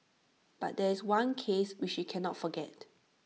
but there is one case which she cannot forget